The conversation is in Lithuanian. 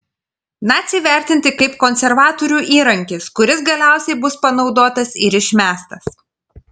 naciai vertinti kaip konservatorių įrankis kuris galiausiai bus panaudotas ir išmestas